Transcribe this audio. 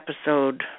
episode